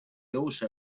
also